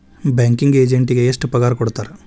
Banking ಎಜೆಂಟಿಗೆ ಎಷ್ಟ್ ಪಗಾರ್ ಕೊಡ್ತಾರ್?